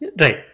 Right